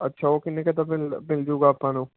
ਅੱਛਾ ਉਹ ਕਿੰਨੇ ਕੁ ਦਾ ਮਿਲ ਮਿਲ ਜੂਗਾ ਆਪਾਂ ਨੂੰ